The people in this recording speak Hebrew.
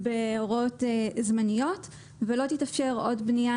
המכסה תנדוד, או שהיא תיפדה.